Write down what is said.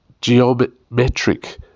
geometric